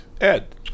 Ed